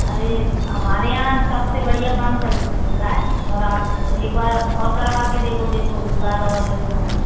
अरे हमारे यहाँ सब से बढ़िया काम चल होता है और आप एक बार और करवा के देखो देखो इस बार और बढ़िया होगा